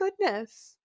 goodness